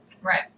Right